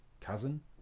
cousin